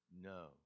No